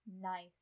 Nice